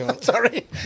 Sorry